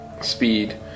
speed